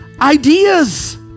ideas